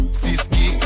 siski